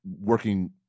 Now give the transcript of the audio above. working